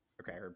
okay